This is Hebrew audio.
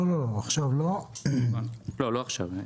לא עכשיו.